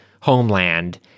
homeland